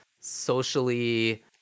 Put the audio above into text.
socially